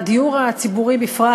והדיור הציבורי בפרט,